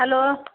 hello